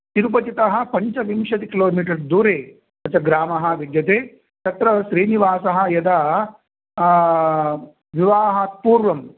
तिरुपतितः पञ्चविंशतिकिलोमीटर् दूरे स च ग्रामः विद्यते तत्र श्रीनिवासः यदा विवाहात् पूर्वं